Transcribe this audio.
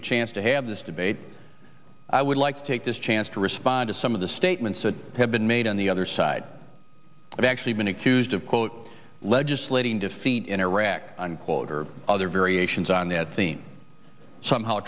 the chance to have this debate i would like to take this chance to respond to some of the statements that have been made on the other side i've actually been accused of quote legislating defeat in iraq unquote or other variations on that theme somehow